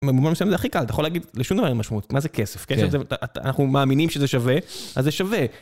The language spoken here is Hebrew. במובן מסוים זה הכי קל, אתה יכול להגיד לשום דבר אין משמעות. מה זה כסף? כסף זה... אנחנו מאמינים שזה שווה, אז זה שווה.